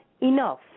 enough